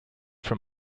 from